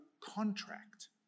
contract